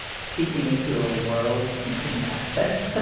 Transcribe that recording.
peeking into a world you couldn't access,